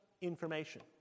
information